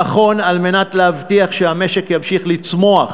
נכון, על מנת להבטיח שהמשק ימשיך לצמוח,